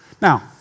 Now